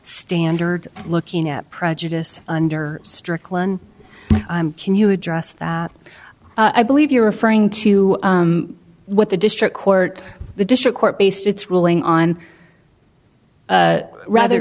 standard looking at prejudice under strickland can you address that i believe you're referring to what the district court the district court based its ruling on rather